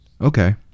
Okay